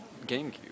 GameCube